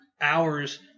hours